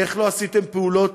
איך לא עשיתם פעולות